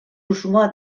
usmoa